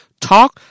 Talk